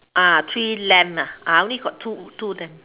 uh three lamb ah I only got two two then